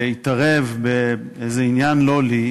להתערב באיזה עניין לא לי.